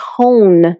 tone